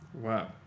Wow